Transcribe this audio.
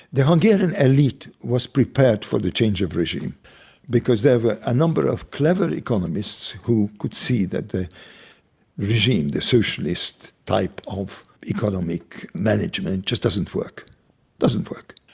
the hungarian elite was prepared for the change of regime because there were a number of clever economists who could see that the regime, the socialist type of economic management just doesn't work. it doesn't work.